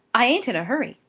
i ain't in a hurry.